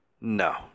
no